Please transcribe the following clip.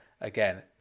Again